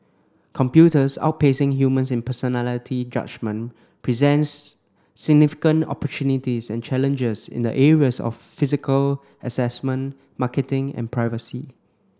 computers outpacing humans in personality judgement presents significant opportunities and challenges in the areas of physical assessment marketing and privacy